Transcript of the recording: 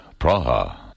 Praha